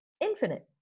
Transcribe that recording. infinite